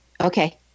Okay